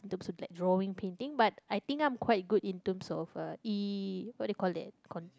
terms of let drawing painting but I think I'm quite good in terms of uh E what do you call that